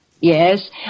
Yes